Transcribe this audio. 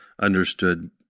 understood